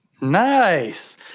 Nice